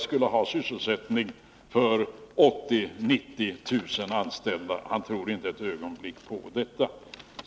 skulle ha sysselsättning för 80 000-90 000 anställda — han tror inte ett ögonblick på detta.